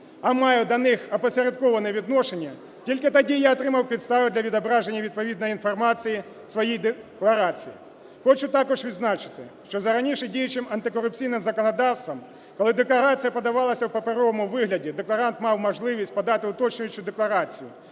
а маю до них опосередковане відношення, тільки тоді я отримав підстави для відображення відповідної інформації в своїй декларації. Хочу також відзначити, що за раніше діючим антикорупційним законодавством, коли декларація подавалася в паперовому вигляді, декларант мав можливість подати уточнюючу декларацію